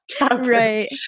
right